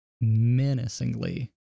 menacingly